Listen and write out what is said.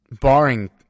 barring